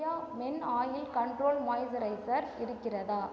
Nivea men oil control moisturiser இருக்கிறதா